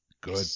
Good